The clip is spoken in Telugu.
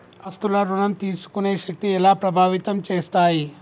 ఆస్తుల ఋణం తీసుకునే శక్తి ఎలా ప్రభావితం చేస్తాయి?